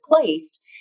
placed